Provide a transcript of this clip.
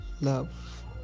love